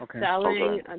selling